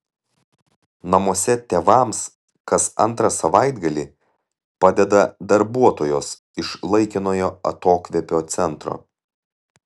namuose tėvams kas antrą savaitgalį padeda darbuotojos iš laikinojo atokvėpio centro